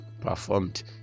performed